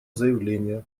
заявление